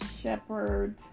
shepherd